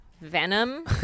venom